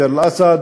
דיר-אלאסד,